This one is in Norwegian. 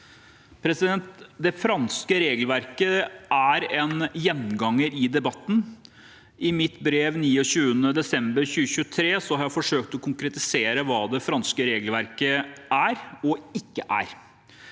spillereglene Det franske regelverket er en gjenganger i debatten. I mitt brev av 29. desember 2023 har jeg forsøkt å konkretisere hva det franske regelverket er og ikke er.